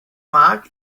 mag